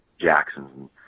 Jackson's